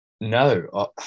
No